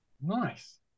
nice